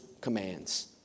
commands